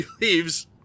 leaves